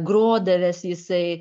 grodavęs jisai